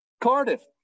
Cardiff